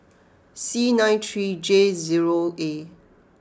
C nine three J zero A